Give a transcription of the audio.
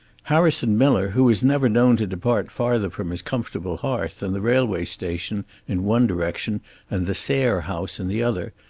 harrison miller, who was never known to depart farther from his comfortable hearth than the railway station in one direction and the sayre house in the other,